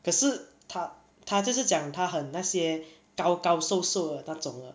可是他他就是讲他很那些高高瘦瘦的那种的